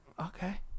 okay